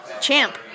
champ